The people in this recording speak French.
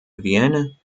vienne